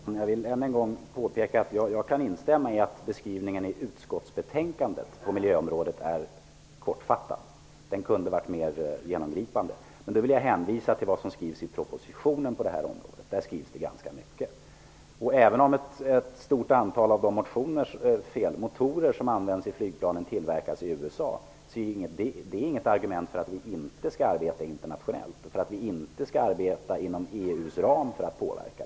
Fru talman! Jag vill än en gång påpeka att jag kan instämma i att skrivningen i utskottsbetänkandet på miljöområdet är kortfattad. Den kunde ha varit mer genomgripande. Men jag vill hänvisa till vad som skrivs i propositionen på det här området. Där skrivs det ganska mycket. Även om ett stort antal av de motorer som används i flygplanen tillverkas i USA, är det inget argument för att vi inte skall arbeta internationellt och för att vi inte skall arbeta inom EU:s ram för att påverka.